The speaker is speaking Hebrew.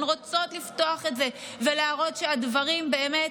הן רוצות לפתוח את זה ולהראות שהדברים הם באמת